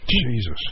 Jesus